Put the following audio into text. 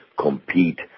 compete